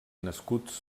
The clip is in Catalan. nascuts